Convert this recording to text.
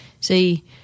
see